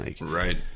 Right